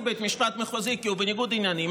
בית משפט מחוזי כי הוא בניגוד עניינים,